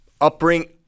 upbringing